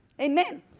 Amen